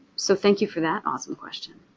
so thank you for that awesome question.